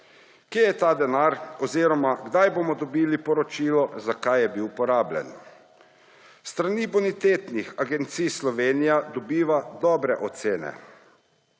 Kje je ta denar oziroma kdaj bomo dobili poročilo, za kaj je bil porabljen? S strani bonitetnih agencij Slovenija dobiva dobre ocene.